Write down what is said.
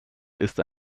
ist